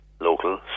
local